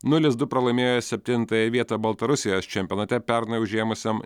nulis du pralaimėjo septintąją vietą baltarusijos čempionate pernai užėmusiam